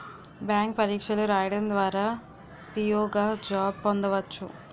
bank పరీక్షలు రాయడం ద్వారా పిఓ గా జాబ్ పొందవచ్చు